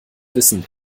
wissen